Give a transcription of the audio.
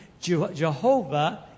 Jehovah